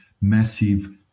massive